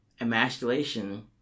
emasculation